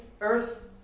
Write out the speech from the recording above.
earth